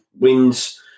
wins